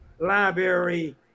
library